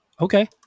Okay